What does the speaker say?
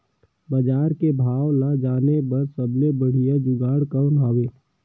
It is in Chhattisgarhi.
बजार के भाव ला जाने बार सबले बढ़िया जुगाड़ कौन हवय?